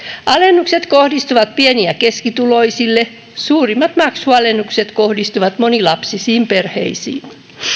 alennukset kohdistuvat pieni ja keskituloisille suurimmat maksualennukset kohdistuvat monilapsisiin perheisiin